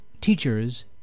teachers